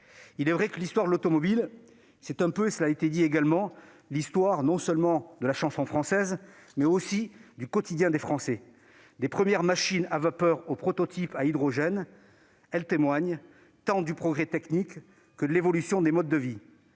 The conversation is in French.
l'ont rappelé : l'histoire de l'automobile, c'est un peu celle, non seulement de la chanson française, mais aussi du quotidien des Français. Des premières machines à vapeur aux prototypes à hydrogène, cette histoire témoigne tant du progrès technique que de l'évolution des modes de vie.